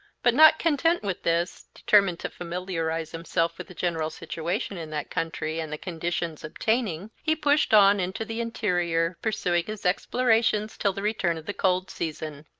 but not content with this, determined to familiarize himself with the general situation in that country and the conditions obtaining, he pushed on into the interior, pursuing his explorations till the return of the cold season.